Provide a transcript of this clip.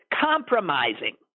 compromising